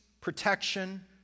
protection